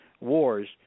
wars